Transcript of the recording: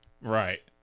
Right